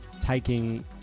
taking